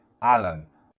Alan